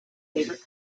favorite